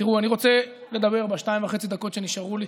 תראו, אני רוצה לדבר בשתיים וחצי הדקות שנשארו לי,